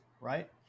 Right